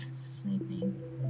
sleeping